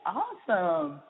awesome